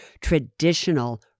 traditional